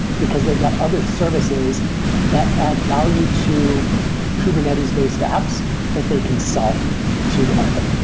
because they've got other services that add value to kubernetes-based apps that they can sell to the market.